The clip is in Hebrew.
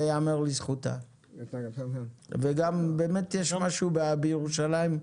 זה ייאמר לזכותה וגם באמת יש משהו בירושלים,